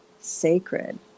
sacred